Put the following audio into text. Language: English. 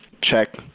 check